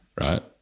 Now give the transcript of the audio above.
right